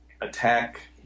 attack